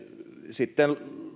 sitten